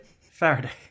Faraday